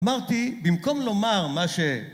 אמרתי, במקום לומר מה ש...